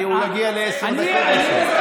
הוא יגיע לעשר דקות בסוף.